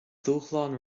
dúshlán